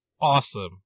awesome